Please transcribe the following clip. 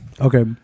Okay